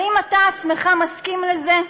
האם אתה עצמך מסכים לזה?